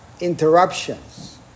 interruptions